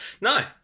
No